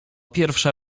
pierwsza